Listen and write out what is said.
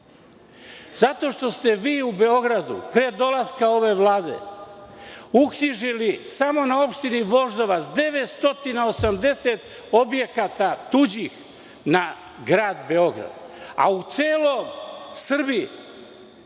Zato što ste vi u Beogradu pre dolaska ove vlade uknjižili samo na opštini Voždovac 980 objekata tuđih na Grad Beograd, a u celoj Srbiji,